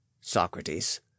Socrates